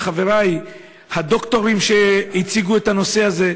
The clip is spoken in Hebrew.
חברי, הדוקטורים שהציגו את הנושא הזה,